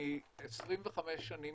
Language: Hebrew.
אני 25 שנים